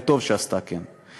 וטוב שעשתה כן.